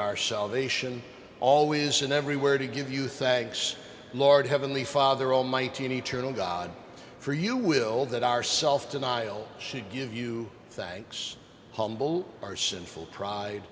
our salvation always and everywhere to give you thanks lord heavenly father almighty and eternal god for you will that our self denial should give you thanks humble our sinful pride